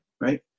Right